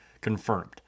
confirmed